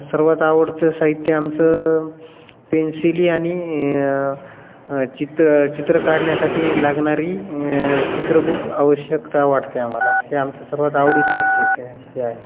सर्वात आवडतं साहित्य आमचं पेन्सिली आणि चित्र चित्र काढण्यासाठी लागणारी चित्र बुक आवश्यकता वाटते आम्हाला हे आमचं सर्वात आवडीचंच ठीक आहे हे आहे